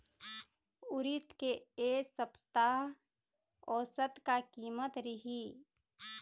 उरीद के ए सप्ता औसत का कीमत रिही?